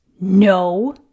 No